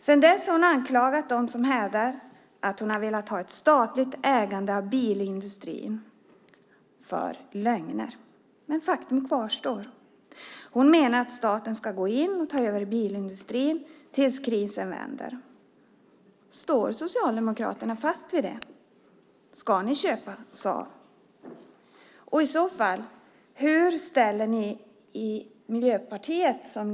Sedan dess har hon anklagat dem som hävdat att hon velat ha ett statligt ägande av bilindustrin för att ljuga. Faktum kvarstår dock. Hon menar att staten ska gå in och ta över bilindustrin tills krisen vänder. Står Socialdemokraterna fast vid det? Ska ni köpa Saab? Och i så fall, hur ställer sig Miljöpartiet till det?